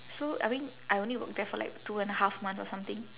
so I mean I only work there for like two and a half months or something